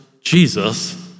Jesus